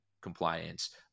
compliance